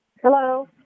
Hello